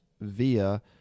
via